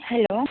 hello